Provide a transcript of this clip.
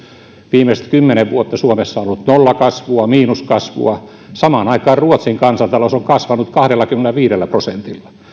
viimeiset kymmenen vuotta suomessa on ollut nollakasvua miinuskasvua samaan aikaan ruotsin kansantalous on kasvanut kahdellakymmenelläviidellä prosentilla